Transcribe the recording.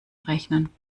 rechnen